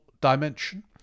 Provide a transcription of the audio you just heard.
dimension